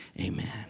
amen